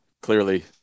clearly